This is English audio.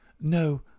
No